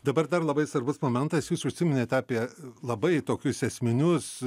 dabar dar labai svarbus momentas jūs užsiminėte apie labai tokius esminius